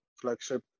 flagship